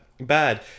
bad